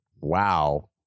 wow